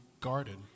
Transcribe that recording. garden